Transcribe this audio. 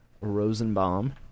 Rosenbaum